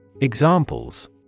Examples